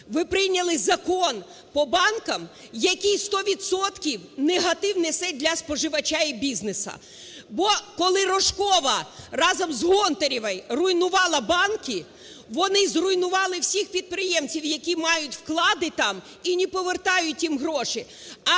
Ви прийняли закон по банках, який 100 відсотків негатив несе для споживача і бізнесу. Бо колиРожкова з Гонтаревою руйнувала банки, вони зруйнували всіх підприємців, які вклади там, і не повертають їм гроші.